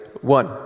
One